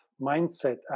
mindset